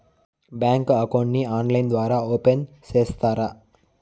Bank account ని online ద్వారా open సేస్తారా?